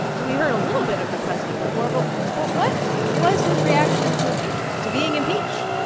we heard a little bit of the president before. but but what was his reaction to impeachment, to being impeached?